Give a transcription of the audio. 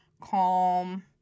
calm